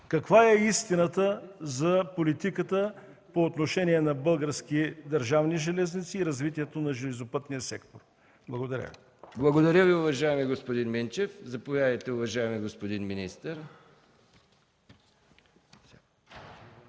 Каква е истината за политиката по отношение на Български държавни железници и развитието на железопътния сектор? Благодаря Ви. ПРЕДСЕДАТЕЛ МИХАИЛ МИКОВ: Благодаря Ви, уважаеми господин Минчев. Заповядайте, уважаеми господин министър.